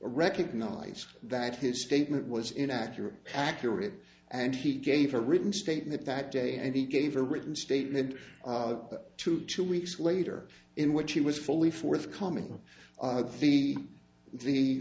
recognize that his statement was inaccurate accurate and he gave a written statement that day and he gave a written statement to two weeks later in which he was fully forthcoming with the the